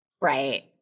Right